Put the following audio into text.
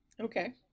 Okay